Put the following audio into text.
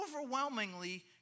overwhelmingly